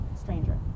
Stranger